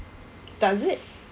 does it